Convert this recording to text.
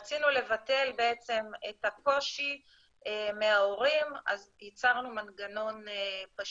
רצינו לבטל בעצם את הקושי מההורים אז ייצרנו מנגנון פשוט.